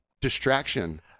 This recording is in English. Distraction